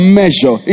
measure